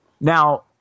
Now